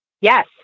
Yes